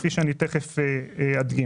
כשאתה מדבר